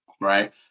right